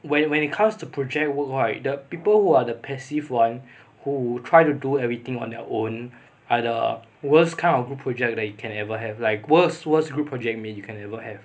when it when it comes to project work right the people who are the passive one who try to do everything on their own are the worst kind of group project you can ever have like worst worst group project mate you can ever have